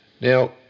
Now